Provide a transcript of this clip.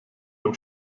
dem